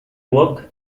work